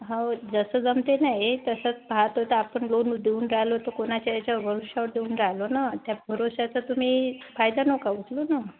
हो जसं जमते नाही तसंच पाहात आपण लोन देऊन राहिलो तर कोणाच्या याच्या भरवशावर देऊन राहिलो ना त्या भरवशाचा तुम्ही फायदा नका उचलू ना